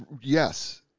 yes